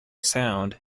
sound